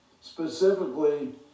specifically